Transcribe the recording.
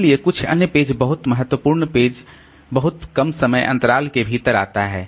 इसलिए कुछ अन्य पेज बहुत महत्वपूर्ण पेज बहुत कम समय अंतराल के भीतर आता है